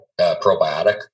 probiotic